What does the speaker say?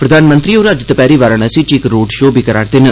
प्रधानमंत्री होर अज्ज दपैहरी वाराणसी च इक रोड शो बी करा'रदे न